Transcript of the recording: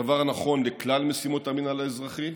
הדבר נכון לכלל משימות המינהל האזרחי,